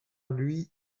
lui